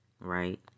Right